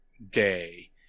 day